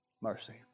Mercy